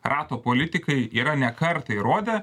rato politikai yra ne kartą įrodę